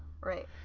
Right